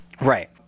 right